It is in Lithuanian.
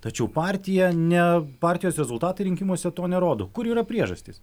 tačiau partija ne partijos rezultatai rinkimuose to nerodo kur yra priežastys